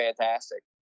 fantastic